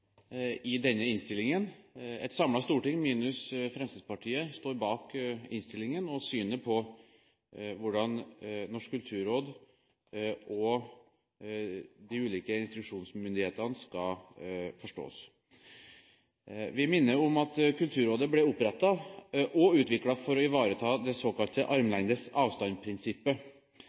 i denne innstillingen. Et samlet storting minus Fremskrittspartiet står bak innstillingen og synet på hvordan Norsk kulturråd og de ulike instruksjonsmyndighetene skal forstås. Vi minner om at Kulturrådet ble opprettet og utviklet for å ivareta det såkalte